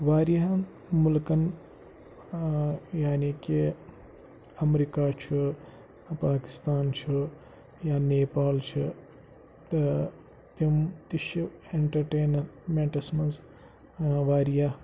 واریاہَن مُلکَن یعنی کہِ اَمریٖکہ چھُ پاکِستان چھُ یا نیپال چھُ تہٕ تِم تہِ چھِ اٮ۪نٹَرٹینمیٚنٹَس منٛز واریاہ